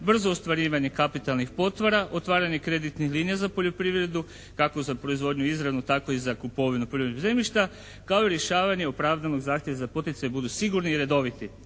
brzo ostvarivanje kapitalnih potpora, otvaranje kreditnih linija za poljoprivredu kako za proizvodnju izravno tako i za kupovinu poljoprivrednog zemljišta kao i rješavanje opravdanog zahtjeva za poticaj budu sigurni i redoviti.